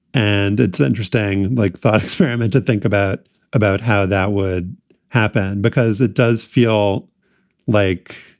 and it's interesting like thought experiment to think about about how that would happen, because it does feel like,